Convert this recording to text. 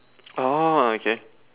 oh okay